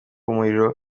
umuriro